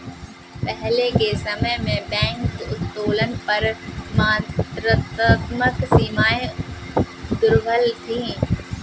पहले के समय में बैंक उत्तोलन पर मात्रात्मक सीमाएं दुर्लभ थीं